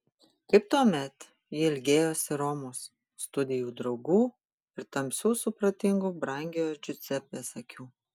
kaip tuomet ji ilgėjosi romos studijų draugų ir tamsių supratingų brangiojo džiuzepės akių